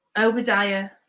Obadiah